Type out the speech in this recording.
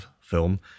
film